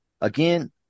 again